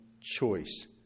choice